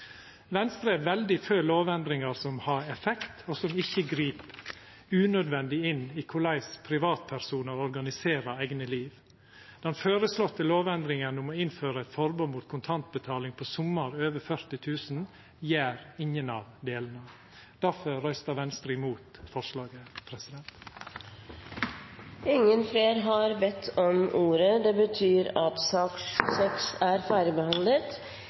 Venstre er veldig for lovendringar som har effekt, og som ikkje grip unødvendig inn i korleis privatpersonar organiserer eigne liv. Den føreslåtte lovendringa om å innføra eit forbod mot kontantbetaling på summar over 40 000 kr gjer ingen av delane. Difor røystar Venstre imot forslaget. Flere har ikke bedt om ordet